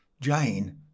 jane